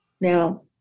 Now